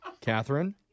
Catherine